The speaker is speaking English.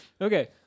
okay